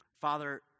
Father